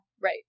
Right